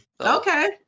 Okay